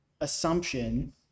assumption